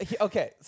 Okay